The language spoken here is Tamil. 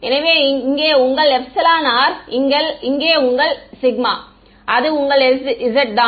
எனவே இங்கே உங்கள் r இங்கே உங்கள் அது உங்கள் sz தான்